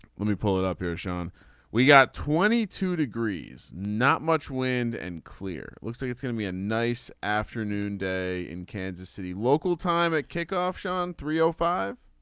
when we pull it up here sean we got twenty two degrees. not much wind and clear. looks like it's going to be a nice afternoon day in kansas city local time at kickoff sean three zero ah five.